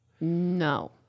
No